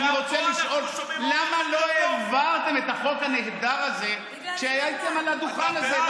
אני רוצה לשאול למה לא העברתם את החוק הנהדר הזה כשהייתם על הדוכן הזה?